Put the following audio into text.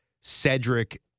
Cedric